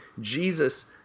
Jesus